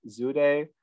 Zude